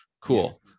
cool